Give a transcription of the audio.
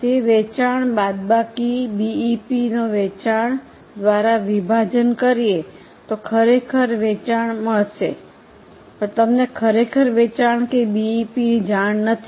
તે વેચાણ બાદબાકી બીઈપી ને વેચાણ દ્વારા વિભાજન કરીએ તો ખરેખર વેચાણ મળશે પણ તમને ખરેખર વેચાણ કે બીઈપી ની જાણ નથી